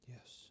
Yes